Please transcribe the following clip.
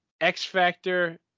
x-factor